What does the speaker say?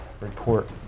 report